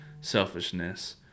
selfishness